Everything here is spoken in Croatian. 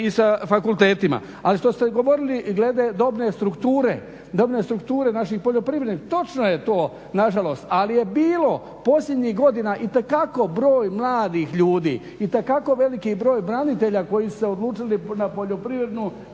i sa fakultetima. Ali što ste govorili glede dobne strukture naših poljoprivrednika, točno je to nažalost. Ali je bilo posljednjih godina itekako broj mladih ljudi, itekako veliki broj branitelja koji su se odlučili na poljoprivrednu